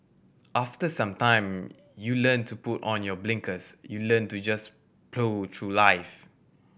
after some time you learn to put on your blinkers you learn to just through life